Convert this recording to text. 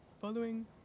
following